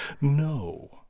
No